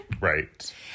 Right